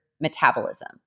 metabolism